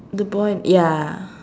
the boy ya